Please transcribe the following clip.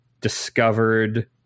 discovered